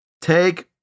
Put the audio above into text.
take